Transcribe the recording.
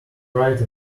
ride